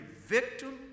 victim